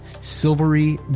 silvery